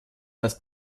das